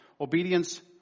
obedience